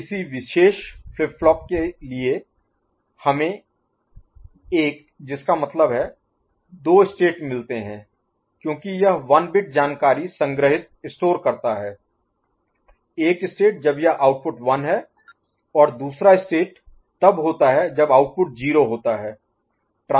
इसलिए किसी विशेष फ्लिप फ्लॉप के लिए हमें एक जिसका मतलब है दो स्टेट मिलते हैं क्योंकि यह 1 बिट जानकारी संग्रहीत स्टोर करता है एक स्टेट जब यह आउटपुट 1 है और दूसरा स्टेट तब होता है जब आउटपुट 0 होता है